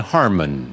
Harmon